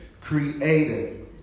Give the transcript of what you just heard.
created